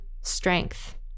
strength